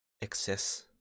excess